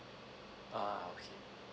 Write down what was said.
err okay